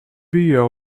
beer